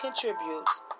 contributes